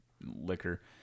liquor